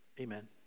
amen